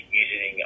using